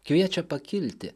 kviečia pakilti